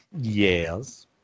Yes